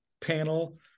panel